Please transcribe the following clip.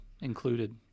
included